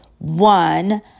One